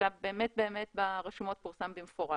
ברשומות פורסם במפורש.